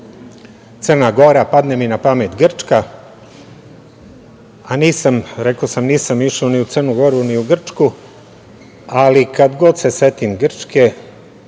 Crna Gora, padne mi na pamet Grčka, a rekao sam, nisam išao ni u Crnu Goru, ni u Grčku, ali kad god se setim Grčke,